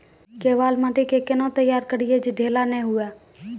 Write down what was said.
केवाल माटी के कैना तैयारी करिए जे ढेला नैय हुए?